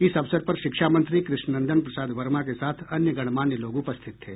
इस अवसर पर शिक्षा मंत्री कृष्ण नंदन प्रसाद वर्मा के साथ अन्य गणमान्य लोग उपस्थित थे